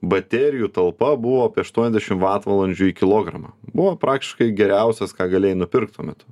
baterijų talpa buvo apie aštuoniasdešim vatvalandžių į kilogramą buvo praktiškai geriausias ką galėjai nupirkt tuo metu